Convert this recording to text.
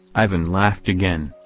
ivan laughed again.